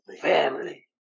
Family